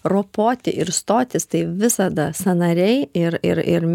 ropoti ir stotis tai visada sąnariai ir ir ir